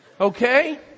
okay